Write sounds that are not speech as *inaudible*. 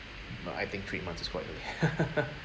know I think three months is quite early *laughs*